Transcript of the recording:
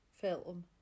film